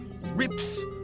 rips